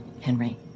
Henry